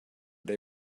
day